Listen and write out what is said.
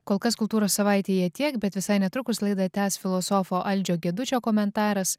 kol kas kultūros savaitėje tiek bet visai netrukus laidą tęs filosofo aldžio gedučio komentaras